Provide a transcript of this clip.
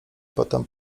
potem